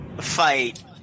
fight